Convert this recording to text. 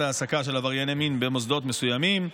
העסקה של עברייני מין במוסדות מסוימים,